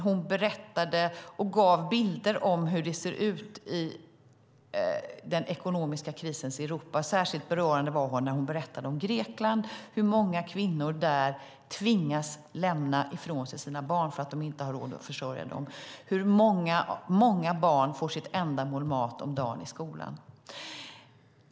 Hon berättade om och gav bilder av hur det ser ut i den ekonomiska krisens Europa. Särskilt berörande var hon när hon berättade om Grekland och om hur många kvinnor där tvingas lämna ifrån sig sina barn därför att de inte har råd att försörja dem. Många barn får sitt enda mål mat om dagen i skolan.